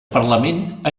parlament